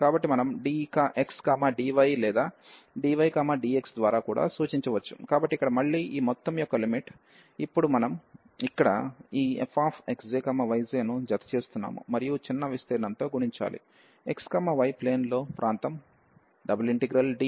కాబట్టి మనం dx dy లేదా dy dx ద్వారా కూడా సూచించవచ్చు కాబట్టి ఇక్కడ మళ్ళీ ఈ మొత్తం యొక్క లిమిట్ ఇక్కడ మనం ఈ fxj yjను జతచేస్తున్నాము మరియు చిన్న విస్తీర్ణంతో గుణించాలి x yప్లేన్ లో ప్రాంతం